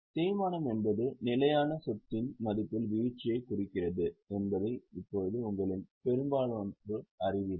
தேய்மானம் என்பது நிலையான சொத்தின் மதிப்பில் வீழ்ச்சியைக் குறிக்கிறது என்பதை இப்போது உங்களில் பெரும்பாலோர் அறிவீர்கள்